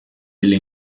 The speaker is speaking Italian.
delle